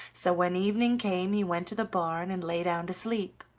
so when evening came he went to the barn, and lay down to sleep,